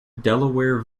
delaware